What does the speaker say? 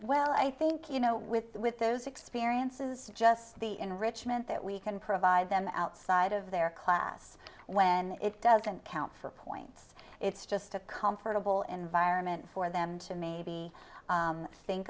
well i think you know with the with those experiences just the enrichment that we can provide them outside of their class when it doesn't count for points it's just a comfortable environment for them to maybe think